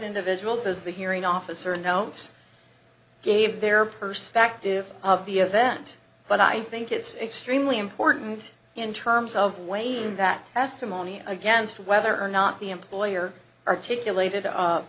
individuals as the hearing officer notes gave their perspective of the event but i think it's extremely important in terms of wayne that testimony against whether or not the employer articulated a